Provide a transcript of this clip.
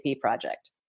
project